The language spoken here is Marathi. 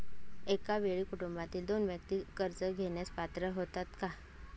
एका वेळी कुटुंबातील दोन व्यक्ती कर्ज घेण्यास पात्र होतात का?